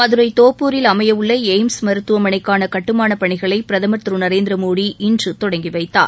மதுரை தோப்பூரில் அமையவுள்ள எய்ம்ஸ் மருத்துவமனைக்கான கட்டுமானப் பணிகளை பிரதமர் திரு நரேந்திர மோடி இன்று தொடங்கி வைத்தார்